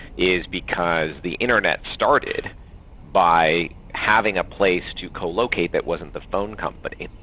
is because the internet started by having a place to co-locate that wasn't the phone company.